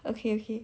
okay okay